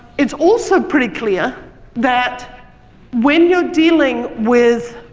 it's also pretty clear that when you're dealing with